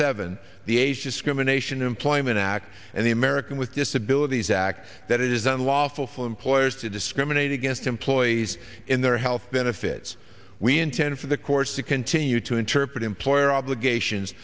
seven the age discrimination employment act and the american with disabilities act that it is unlawful for employers to discriminate against employees in their health benefits we intend for the courts to continue to interpret employer obligations